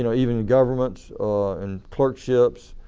you know even governments and clerkships